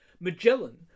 Magellan